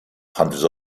hundreds